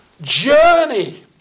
journey